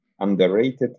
underrated